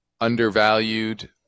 undervalued